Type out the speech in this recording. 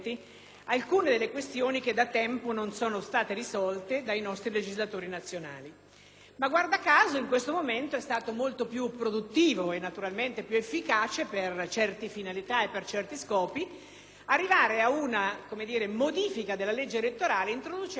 Ma, guarda caso, in questo momento è stato molto più produttivo e naturalmente più efficace, per certe finalità e per certi scopi, arrivare ad una modifica della legge elettorale introducendo semplicemente, *sic et simpliciter,* una soglia di sbarramento al